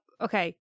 Okay